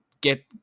get